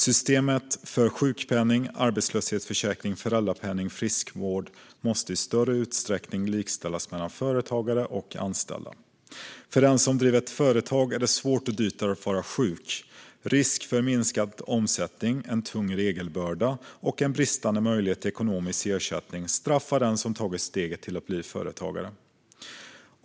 Systemen för sjukpenning, arbetslöshetsförsäkring, föräldrapenning och friskvård måste i större utsträckning likställas mellan företagare och anställda. För den som driver ett företag är det svårt och dyrt att vara sjuk. Risk för minskad omsättning, en tung regelbörda och en bristande möjlighet till ekonomisk ersättning straffar den som tagit steget att bli företagare.